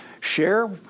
share